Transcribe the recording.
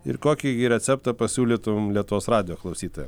ir kokį receptą pasiūlytum lietuvos radijo klausytojam